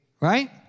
right